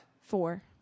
Four